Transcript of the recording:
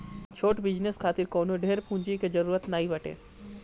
छोट बिजनेस खातिर कवनो ढेर पूंजी के जरुरत नाइ बाटे